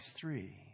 three